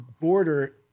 border